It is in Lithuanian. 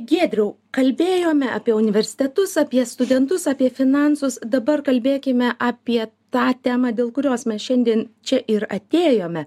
giedriau kalbėjome apie universitetus apie studentus apie finansus dabar kalbėkime apie tą temą dėl kurios mes šiandien čia ir atėjome